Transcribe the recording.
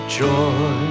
joy